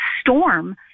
storm